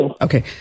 Okay